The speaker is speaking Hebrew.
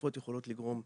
הדליפות יכולות לגרום,